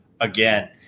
again